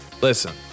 Listen